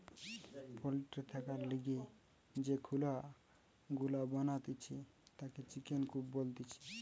poultry থাকার লিগে যে খুলা গুলা বানাতিছে তাকে চিকেন কূপ বলতিছে